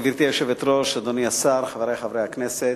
גברתי היושבת-ראש, אדוני השר, חברי חברי הכנסת,